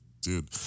dude